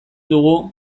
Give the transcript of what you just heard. dugu